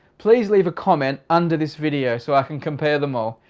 please leave a comment under this video so i can compare them all.